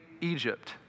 Egypt